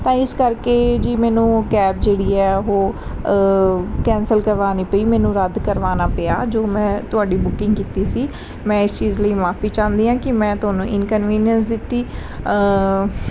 ਤਾਂ ਇਸ ਕਰਕੇ ਜੀ ਮੈਨੂੰ ਕੈਬ ਜਿਹੜੀ ਹੈ ਉਹ ਕੈਂਸਲ ਕਰਵਾਉਣੀ ਪਈ ਮੈਨੂੰ ਰੱਦ ਕਰਵਾਉਣਾ ਪਿਆ ਜੋ ਮੈਂ ਤੁਹਾਡੀ ਬੁਕਿੰਗ ਕੀਤੀ ਸੀ ਮੈਂ ਇਸ ਚੀਜ਼ ਲਈ ਮੁਆਫੀ ਚਾਹੁੰਦੀ ਹਾਂ ਕਿ ਮੈਂ ਤੁਹਾਨੂੰ ਇਨਕਨਵੀਨੀਅਸ ਦਿੱਤੀ